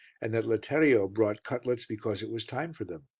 and that letterio brought cutlets because it was time for them.